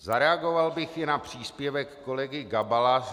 Zareagoval bych i na příspěvek kolegy Gabala.